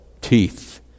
teeth